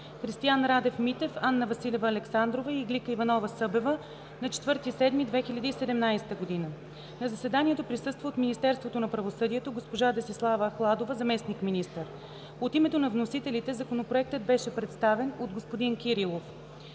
Христиан Радев Митев, Анна Василева Александрова и Иглика Иванова-Събева на 4 юли 2017 г. На заседанието присъства от Министерството на правосъдието – госпожа Десислава Ахладова – заместник-министър. От името на вносителите Законопроектът беше представен от господин Кирилов,